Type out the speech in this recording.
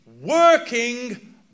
working